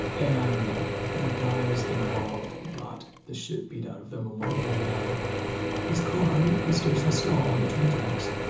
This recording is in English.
and the guys involved got the shit beat out of them. one of them had his car mysteriously stall on the train tracks.